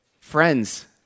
Friends